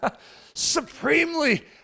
Supremely